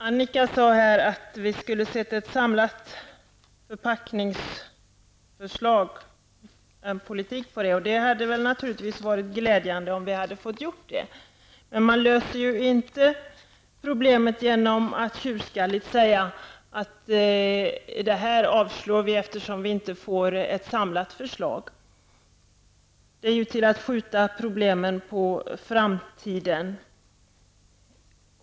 Annika Åhnberg sade att vi skulle vilja se ett samlat förslag om förpackningar. Det hade naturligtvis varit glädjande. Men problemet löses inte genom att tjurskalligt säga att detta förslag skall avstyrkas eftersom det inte har kommit ett samlat förslag. Det är att skjuta problemen på framtiden.